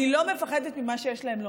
אני לא מפחדת ממה שיש להם לומר,